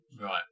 right